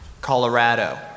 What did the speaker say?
Colorado